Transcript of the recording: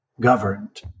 governed